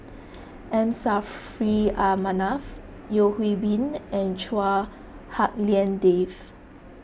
M Saffri A Manaf Yeo Hwee Bin and Chua Hak Lien Dave